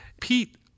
Pete